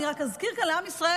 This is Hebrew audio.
אני רק אזכיר כאן לעם ישראל,